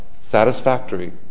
satisfactory